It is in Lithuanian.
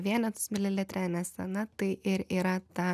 vienetus mililitre nesena tai ir yra ta